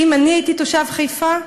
אם אני הייתי תושב חיפה,